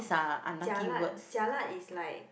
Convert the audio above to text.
jialat jialat is like